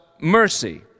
mercy